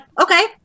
okay